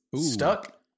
stuck